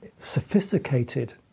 sophisticated